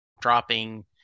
dropping